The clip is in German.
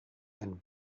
and